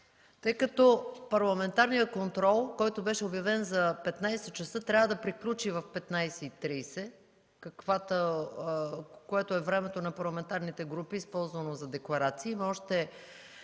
Тъй като парламентарният контрол, който беше обявен да приключи в 15,00 ч., трябва да приключи в 15,30 ч., което е времето на парламентарните групи, използвано за декларации,